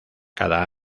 cada